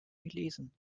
gelesen